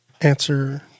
answer